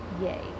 yay